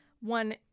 One